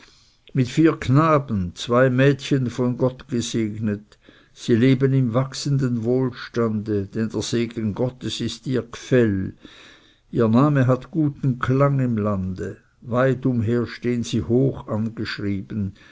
mit vier knaben zwei mädchen von gott gesegnet sie leben im wachsenden wohlstande denn der segen gottes ist ihr gfell ihr name hat guten klang im lande weit umher stehn sie hoch angeschrieben